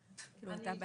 זה מה שיש כרגע.